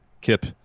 Kip